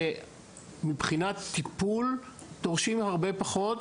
שמבחינת טיפול דורשים הרבה פחות.